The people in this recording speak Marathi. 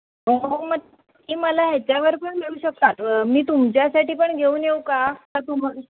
अहो मग ती मला ह्याच्यावर पण मिळू शकतात मी तुमच्यासाठी पण घेऊन येऊ का तुम्हा